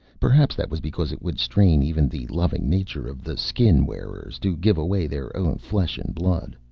perhaps that was because it would strain even the loving nature of the skin-wearers to give away their own flesh and blood.